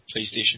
PlayStation